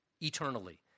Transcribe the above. eternally